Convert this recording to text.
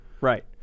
Right